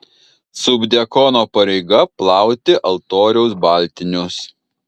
subdiakono pareiga plauti altoriaus baltinius